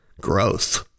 Gross